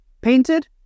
painted